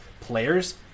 players